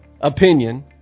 opinion